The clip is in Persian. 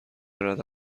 رده